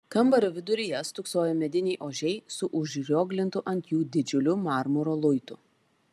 kambario viduryje stūksojo mediniai ožiai su užrioglintu ant jų didžiuliu marmuro luitu